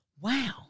wow